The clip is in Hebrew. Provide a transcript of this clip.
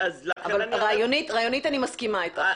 רעיונית אני מסכימה אתך.